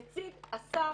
נציג השר,